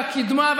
והקדמה,